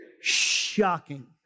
Shocking